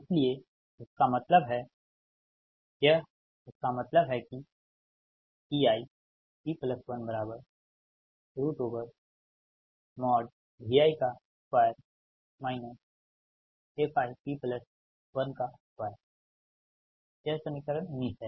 इसलिए इसका मतलब है यह इसका मतलब है कि ei p1Vi2 fi p1212 यह समीकरण 19 है